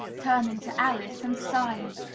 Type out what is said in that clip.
turning to alice and sighing.